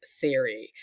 theory